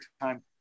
time